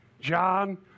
John